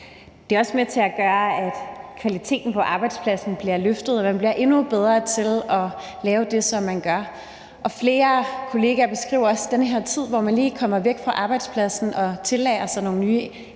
Det er også med til at gøre, at kvaliteten på arbejdspladsen bliver løftet, og at man bliver endnu bedre til at lave det, som man gør, og flere kollegaer beskriver også den her tid, hvor man lige kommer væk fra arbejdspladsen og tillærer sig nogle nye evner,